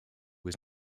was